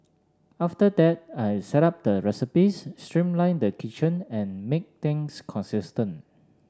after that I set up the recipes streamlined the kitchen and made things consistent